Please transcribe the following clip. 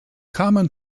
common